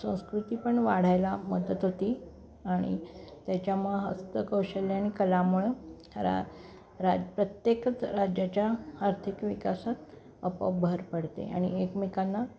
संस्कृती पण वाढायला मदत होती आणि त्याच्यामुळं हस्तकौशल्य आणि कलामुळं रा रा प्रत्येकच राज्याच्या आर्थिक विकासात आपोआप भर पडते आणि एकमेकांना